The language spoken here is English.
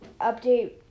update